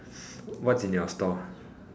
what's in your store